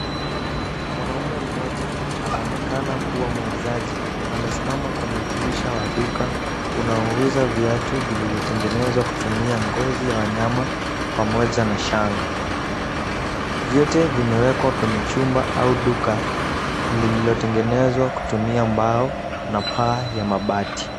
Mwanaume mmoja anaonekana kuwa muuzaji amesimama kwenye dirisha wa duka unaouza viatu vilivyotengenezwa kutumia ngozi ya wanyama pamoja na shanga. Vyote vimewekwa kwenye chumba au duka lililotengenezwa kutumia mbao na paa ya mabati.